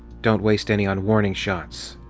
don't waste any on warning shots.